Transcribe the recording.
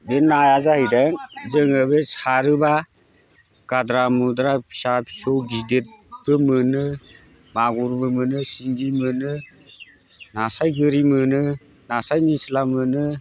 बे नाया जाहैदों जोङो बे सारोब्ला गाद्रा मुद्रा फिसा फिसौ गिदिदबो मोनो मागुरबो मोनो सिंगि मोनो नास्राय गोरि मोनो नास्राय निस्ला मोनो